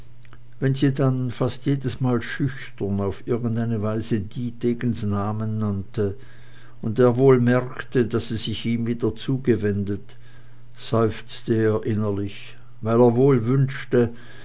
wenn sie dann fast jedesmal schüchtern auf irgendeine weise dietegens namen nannte und er wohl merkte daß sie sich ihm wieder zugewendet seufzte er innerlich weil er wohl wünschte